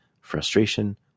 frustration